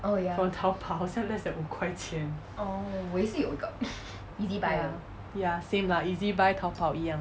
from 淘宝好像 less than 五块钱 ya ya same lah ezbuy 淘宝一样的